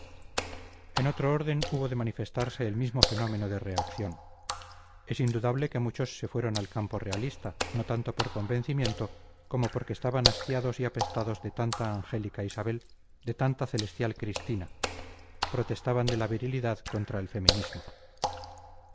en otro orden hubo de manifestarse el mismo fenómeno de reacción es indudable que muchos se fueron al campo realista no tanto por convencimiento como porque estaban hastiados y apestados de tanta angélica isabel de tanta celestial cristina protestaban de la virilidad contra el feminismo